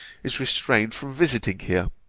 is restrained from visiting here,